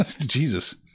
jesus